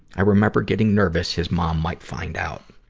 i remember getting nervous his mom might find out.